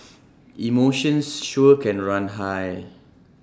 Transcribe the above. emotions sure can run high